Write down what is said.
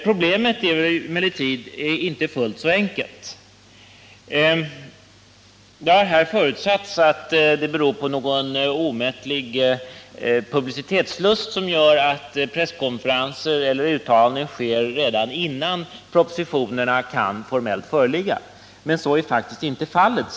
Problemet är emellertid inte så enkelt. Det har här förutsatts att det skulle vara en omättlig publicitetslust som gör att presskonferenser hålls eller uttalanden görs redan innan propositionerna kan formellt föreligga, men så är faktiskt inte fallet.